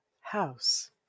house